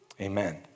Amen